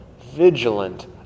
vigilant